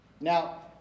Now